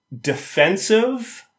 defensive